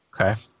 Okay